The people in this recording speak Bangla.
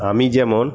আমি যেমন